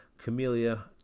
Camellia